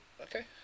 okay